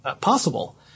possible